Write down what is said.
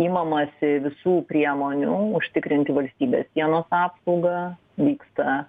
imamasi visų priemonių užtikrinti valstybės sienos apsaugą vyksta